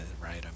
right